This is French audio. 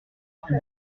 plus